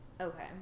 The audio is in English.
okay